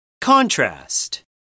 Contrast